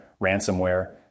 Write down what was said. ransomware